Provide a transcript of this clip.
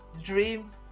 dream